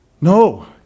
No